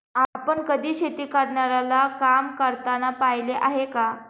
आपण कधी शेती करणाऱ्याला काम करताना पाहिले आहे का?